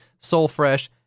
SoulFresh